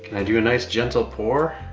i do a nice gentle pour?